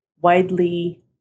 widely